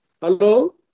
Hello